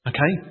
Okay